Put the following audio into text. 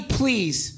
please